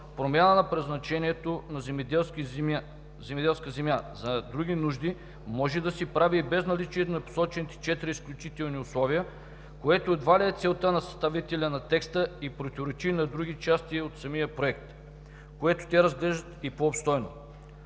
промяна на предназначението на земеделска земя за други нужди може да се прави и без наличие на посочените четири изключителни условия, което едва ли е целта на съставителя на текста, и противоречи на други части от самия проект, което те разглеждат и по-обстойно.